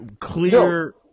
clear